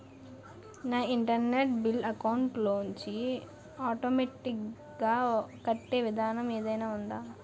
నా internet bill account లోంచి automatic గా కట్టే విధానం ఏదైనా ఉందా?